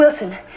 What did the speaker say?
Wilson